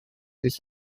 ist